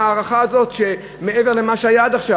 בהארכה הזאת מעבר למה שהיה עד עכשיו.